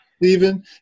Stephen